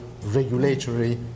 regulatory